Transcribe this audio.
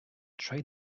try